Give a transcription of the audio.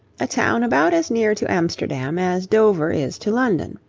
a town about as near to amsterdam as dover is to london.